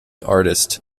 artist